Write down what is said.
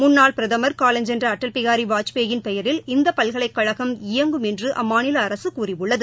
முன்னாள் பிரதமர் காலஞ்சென்றஅடல் பிஹாரிவாஜ்பாயின் பெயரில் இந்தபல்கலைகழகம் இயங்கும் என்றுஅம்மாநிலஅரசுகூறியுள்ளது